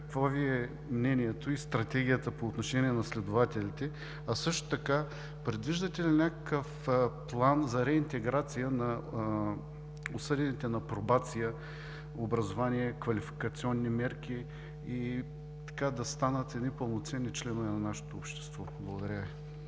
Какво Ви е мнението и стратегията по отношение на следователите, а също така предвиждате ли някакъв план за реинтеграция на осъдените на пробация – образование, квалификационни мерки, и така да станат едни пълноценни членове на нашето общество? Благодаря Ви.